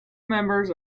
members